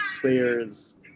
players